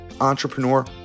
entrepreneur